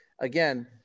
Again